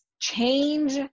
change